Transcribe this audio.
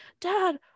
Dad